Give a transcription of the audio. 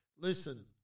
Listen